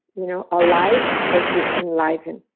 you know alive versus enliven,